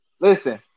listen